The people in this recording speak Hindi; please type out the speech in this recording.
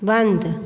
बंद